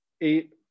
eight